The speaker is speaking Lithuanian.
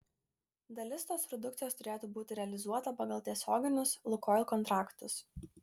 dalis tos produkcijos turėtų būti realizuota pagal tiesioginius lukoil kontraktus